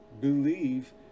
Believe